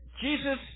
Jesus